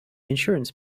insurance